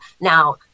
Now